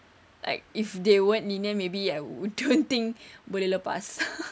like if they weren't lenient maybe I would don't think boleh lepas